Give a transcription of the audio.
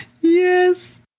yes